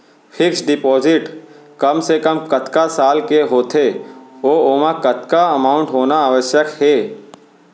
Fix deposit कम से कम कतका साल के होथे ऊ ओमा कतका अमाउंट होना आवश्यक हे?